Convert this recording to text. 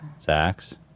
Zach's